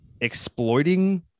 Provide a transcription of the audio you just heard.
exploiting